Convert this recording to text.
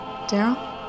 Daryl